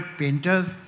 painters